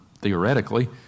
theoretically